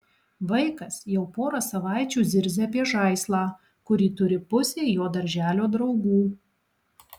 vaikas jau porą savaičių zirzia apie žaislą kurį turi pusė jo darželio draugų